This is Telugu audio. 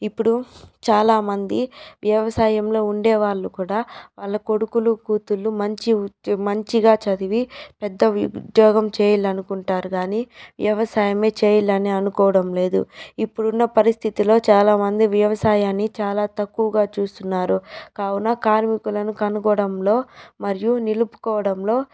ఇప్పుడు చాలా మంది వ్యవసాయంలో ఉండే వాళ్ళు కూడా వాళ్ళ కొడుకులు కుతుర్లు మంచి ఉద్యో మంచిగా చదివి పెద్ద ఉద్యోగం చేయాలనుకుంటారు కాని వ్యవసాయమే చేయాలని అనుకోవడం లేదు ఇప్పుడున్న పరిస్థితుల్లో చాలామంది వ్యవసాయాన్ని చాలా తక్కువగా చూస్తున్నారు కావున కార్మికులను కనుగోడంలో మరియు నిలుపుకోడంలో